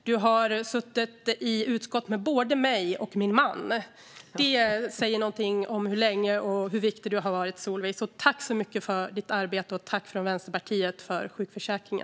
Du har suttit i utskottet med både min man och mig. Det säger något om hur viktig du har varit. Tack för ditt arbete!